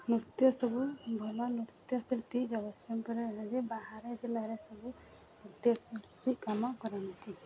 ନୃତ୍ୟ ସବୁ ଭଲ ନୃତ୍ୟଶିଳ୍ପୀ ଜଗତସିଂହପୁର ବାହାରେ ଜିଲ୍ଲାରେ ସବୁ ନୃତ୍ୟଶିଳ୍ପୀ କାମ କରନ୍ତି